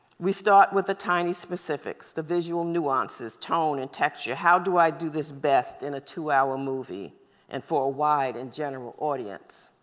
we start with the tiny specifics, the visual nuances, tone and texture. how do i do this best in a two hour movie and for a wide and general audience?